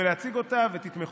להציג אותה, ותתמכו.